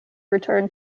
return